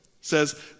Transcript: says